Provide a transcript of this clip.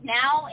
now